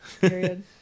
period